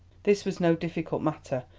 this was no difficult matter,